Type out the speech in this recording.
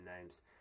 names